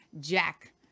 Jack